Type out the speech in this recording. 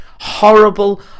Horrible